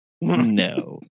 No